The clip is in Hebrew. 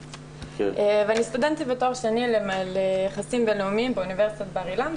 ואני סטודנטית בתואר שני ליחסים בינלאומיים באוניברסיטת בר אילן,